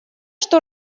что